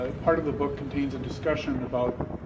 ah part of the book contains a discussion about